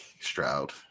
Stroud